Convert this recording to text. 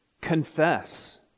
confess